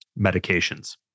medications